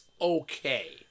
okay